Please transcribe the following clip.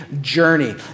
journey